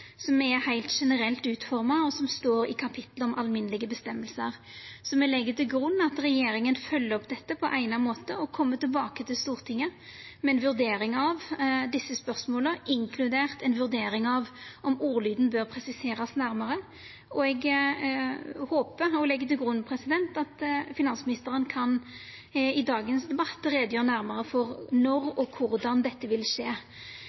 er heilt generelt utforma, og som står i kapitlet om allmenne føresegner. Så me legg til grunn at regjeringa følgjer opp dette på eigna måte og kjem tilbake til Stortinget med ei vurdering av desse spørsmåla, inkludert ei vurdering av om ordlyden bør presiserast nærmare. Eg håpar og legg til grunn at finansministeren i dagens debatt kan gjera nærmare greie for når og korleis dette vil skje.